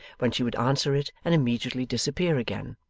when she would answer it and immediately disappear again.